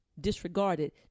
disregarded